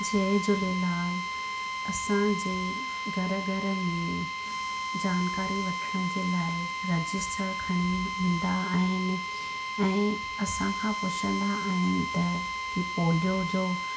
जय झूलेलाल असांजे घर घर में जानकारी वठण जे लाए रजिस्टर खणी ईंदा आहिनि ऐं असांखां पुछंदा आहिनि त कि पोलियो जो